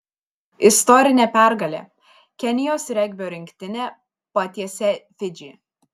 istorinė pergalė kenijos regbio rinktinė patiesė fidžį